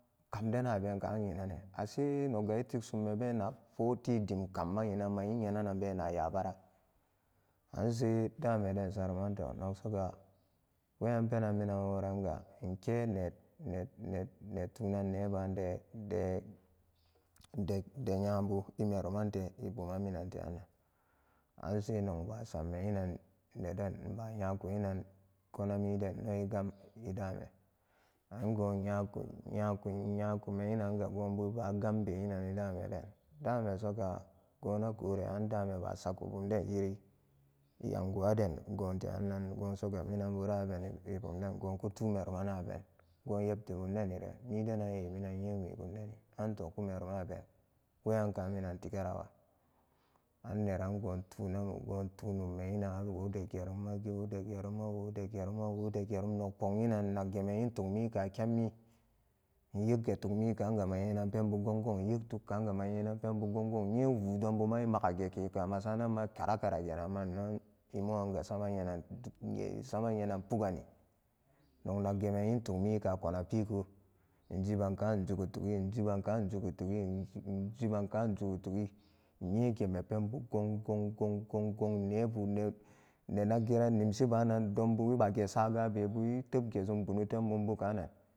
Kamdenabenkane ase nogga etiksumme be napoti dimkamma inan ma'in nyenan an benan na nyabara an sai damenden suruman to nogsoga wean penan minanworanga inkenet-ne-ne tunan nebade-de-de-denyabu e meru mante buman minan te'an ansai nog basamme inan nede inbunyaku inan konamiden egam edame ango nyaku nyaku-nyakume inananga gobuba gambe inani dameden dame soga gona gore andame basaka bumden nyin e anguwaden goteganni go sogu minan bubabeni bumden gokutun merumananben go epti bumdenire midenan e innyime bumdeni anto kumeru maben weyanka minan tigarawa an nerango tuna-go tunum me inan awode gerum age-awode gerum awode gerum nogpoginan inagge tugmika kemmi inyeggetugmikaga ma nyenan pembu gonggong in yektugkaga ma nyenan penbu gongong innye wudonbuma imagageke akamasanan ma karakara geranma. Inno emoranga sama yenan du sama nyenan pugani noggageme intugka pikup injibanka inzugutugi in jibanka inzugutugi in-injibanka in zugutugi innyegeme penbu gong gong gong gong nebu ne nenuggeran nimshibu banan dombu e nwage saga bebu etebkezum ponotemmumbu kunan.